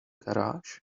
garage